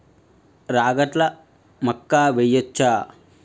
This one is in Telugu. రాగట్ల మక్కా వెయ్యచ్చా?